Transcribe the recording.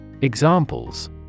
Examples